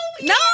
No